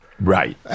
Right